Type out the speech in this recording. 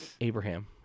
Abraham